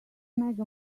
mega